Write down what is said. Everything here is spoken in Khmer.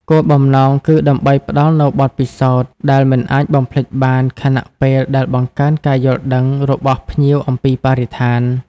គោលបំណងគឺដើម្បីផ្តល់នូវបទពិសោធន៍ដែលមិនអាចបំភ្លេចបាន ខណៈពេលដែលបង្កើនការយល់ដឹងរបស់ភ្ញៀវអំពីបរិស្ថាន។